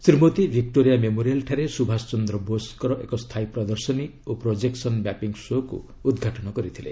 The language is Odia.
ଶ୍ରୀ ମୋଦୀ ଭିକ୍ଟୋରିଆ ମେମୋରିଆଲ୍ ଠାରେ ସୁଭାଷ ଚନ୍ଦ୍ର ବୋଷଙ୍କର ଏକ ସ୍ଥାୟୀ ପ୍ରଦର୍ଶନୀ ଓ ପ୍ରୋଜେକ୍ସନ୍ ମ୍ୟାପିଙ୍ଗ୍ ଶୋ'କୁ ଉଦ୍ଘାଟନ କରିଥିଲେ